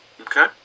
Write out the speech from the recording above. okay